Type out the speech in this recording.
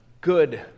good